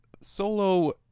solo